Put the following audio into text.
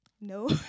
No